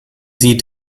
sie